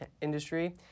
industry